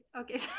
Okay